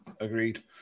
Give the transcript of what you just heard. agreed